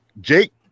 Jake